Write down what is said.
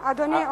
אדוני,